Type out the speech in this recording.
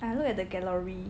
I looked at the gallery